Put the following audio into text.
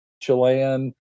Chilean